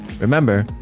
Remember